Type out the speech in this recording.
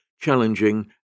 challenging